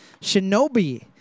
shinobi